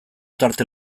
tarte